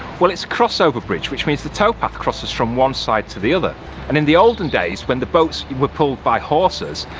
well it's a crossover bridge, which means the towpath crosses from one side to the other and in the olden days when the boats were pulled by horses,